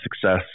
success